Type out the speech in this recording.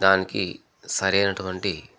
దానికి సరియైనటువంటి